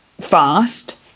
fast